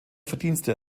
verdienste